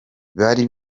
bari